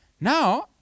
Now